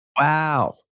Wow